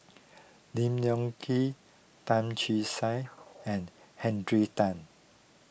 Lim Leong Kee Tan Che Sang and Henry Tan